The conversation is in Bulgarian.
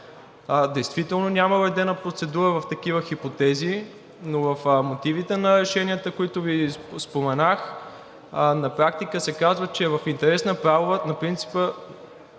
Действително няма уредена процедура в такива хипотези, но в мотивите на решенията, които Ви споменах, на практика се казва, че е в интерес на правовата държава